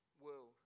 world